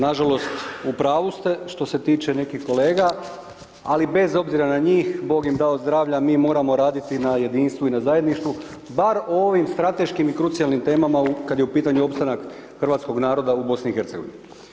Nažalost, u pravu ste što se tiče nekih kolega, ali bez obzira na njih, bog im dao zdravlja, mi moramo raditi na jedinstvu i na zajedništvu bar o ovim strateških i krucijalnim temama, kad je u pitanju opstanak hrvatskog naroda u Bosni i Hercegovini.